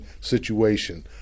situation